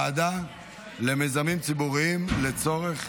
לוועדה למיזמים ציבוריים לצורך,